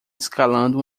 escalando